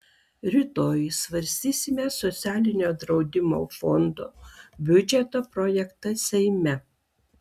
rytoj svarstysime socialinio draudimo fondo biudžeto projektą seime